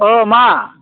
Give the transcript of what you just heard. अ मा